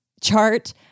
chart